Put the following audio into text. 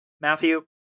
matthew